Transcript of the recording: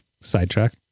sidetrack